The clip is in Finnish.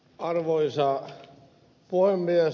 arvoisa puhemies